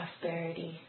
prosperity